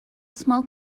small